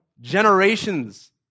generations